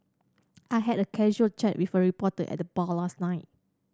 I had a casual chat with a reporter at the bar last night